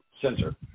sensor